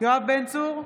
יואב בן צור,